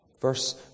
Verse